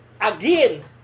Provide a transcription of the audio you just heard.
again